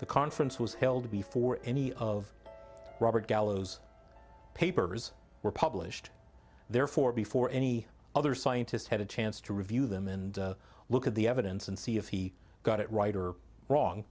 the conference was held before any of robert gallo's papers were published therefore before any other scientists had a chance to review them and look at the evidence and see if he got it right or wrong